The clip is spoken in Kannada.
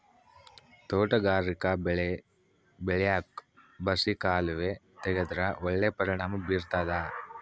ತೋಟಗಾರಿಕಾ ಬೆಳೆ ಬೆಳ್ಯಾಕ್ ಬಸಿ ಕಾಲುವೆ ತೆಗೆದ್ರ ಒಳ್ಳೆ ಪರಿಣಾಮ ಬೀರ್ತಾದ